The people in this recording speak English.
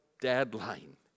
deadline